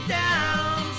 down